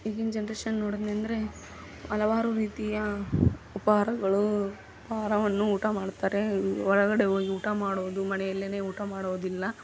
ಈಗಿನ ಜನ್ರೇಷನ್ ನೋಡಿದ್ನೆಂದ್ರೆ ಹಲವಾರು ರೀತಿಯ ಉಪಹಾರಗಳೂ ಆಹಾರವನ್ನು ಊಟ ಮಾಡ್ತಾರೆ ಹೊರಗಡೆ ಹೋಗಿ ಊಟ ಮಾಡೋದು ಮನೆಯಲ್ಲೇ ಊಟ ಮಾಡೋದಿಲ್ಲ